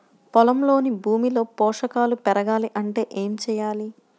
పొలంలోని భూమిలో పోషకాలు పెరగాలి అంటే ఏం చేయాలి?